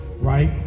right